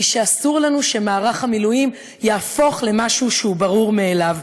היא שאסור לנו שמערך המילואים יהפוך למשהו ברור מאליו,